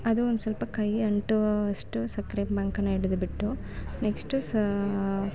ಅದು ಒಂದು ಸ್ವಲ್ಪ ಕೈ ಅಂಟುವಷ್ಟು ಸಕ್ಕರೆ ಪಾಕನ ಹಿಡಿದ್ಬಿಟ್ಟು ನೆಕ್ಸ್ಟು ಸಹ